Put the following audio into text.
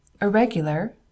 irregular